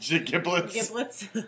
Giblets